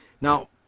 Now